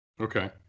Okay